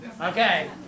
Okay